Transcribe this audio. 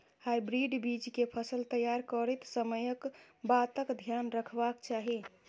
Hybrid बीज केँ फसल तैयार करैत समय कऽ बातक ध्यान रखबाक चाहि?